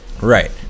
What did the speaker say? Right